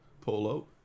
polo